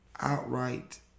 outright